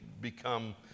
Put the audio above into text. become